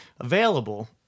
available